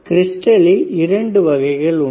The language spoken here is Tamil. கிரிஸ்டலில் இரண்டு வகைகள் உண்டு